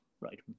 right